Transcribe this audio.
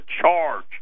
charge